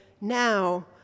now